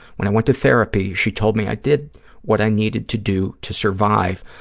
when i went to therapy, she told me i did what i needed to do to survive,